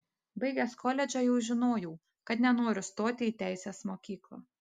baigęs koledžą jau žinojau kad nenoriu stoti į teisės mokyklą